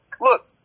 Look